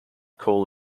call